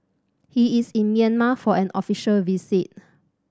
he is in Myanmar for an official visit